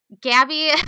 Gabby